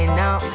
now